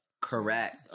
Correct